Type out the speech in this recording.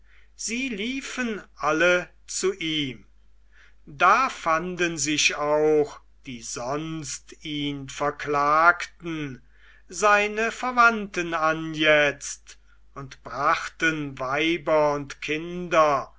sie liefen alle zu ihm da fanden sich auch die sonst ihn verklagten seine verwandte anjetzt und brachten weiber und kinder